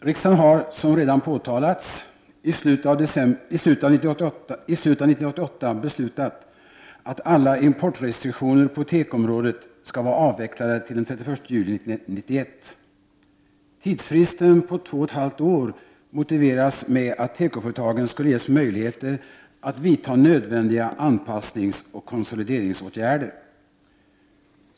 Herr talman! Riksdagen har, vilket redan påpekats i slutet av 1988, beslutat att alla importrestriktioner på tekoområdet skall vara avvecklade den 31 juli 1991. Tidsfristen på två och ett halvt år motiverades med att tekoföretagen skulle ges möjligheter att vidta nödvändiga anpassningsoch konsolideringsåtgärder.